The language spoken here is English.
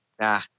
Nah